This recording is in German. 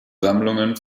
sammlungen